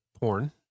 porn